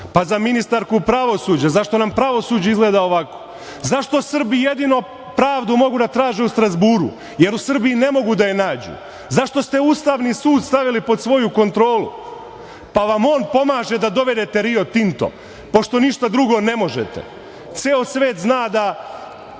ministarku pravosuđa – zašto nam pravosuđe izgleda ovako? Zašto Srbi jedino pravdu mogu da traže u Strazburu, jer u Srbiji ne mogu da je nađu? Zašto ste Ustavni sud stavili pod svoju kontrolu, pa vam ono pomaže da dovedete Rio Tinto, pošto ništa drugo ne možete? Ceo svet zna da